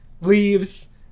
leaves